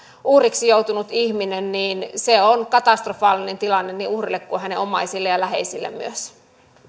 uhriksi joutuneen ihmisen kohdalla se tilanne on katastrofaalinen niin uhrille kuin hänen omaisilleen ja läheisille myös